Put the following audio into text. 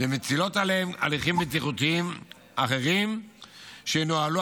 ומטילה עליהן הליכים בטיחותיים אחרים שינוהלו